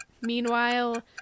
meanwhile